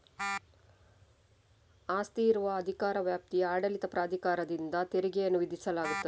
ಆಸ್ತಿ ಇರುವ ಅಧಿಕಾರ ವ್ಯಾಪ್ತಿಯ ಆಡಳಿತ ಪ್ರಾಧಿಕಾರದಿಂದ ತೆರಿಗೆಯನ್ನು ವಿಧಿಸಲಾಗುತ್ತದೆ